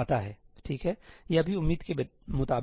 आता है ठीक यह भी उम्मीद के मुताबिक है